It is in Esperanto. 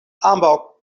ambaŭ